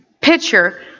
picture